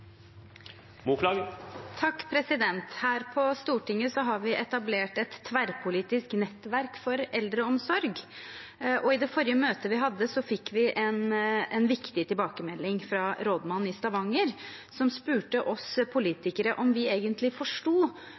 blir replikkordskifte. Her på Stortinget har vi etablert et tverrpolitisk nettverk for eldreomsorg, og i det forrige møtet vi hadde, fikk vi en viktig tilbakemelding fra Rådmannen i Stavanger, som spurte oss politikere om vi egentlig forsto